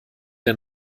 der